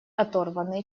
оторванные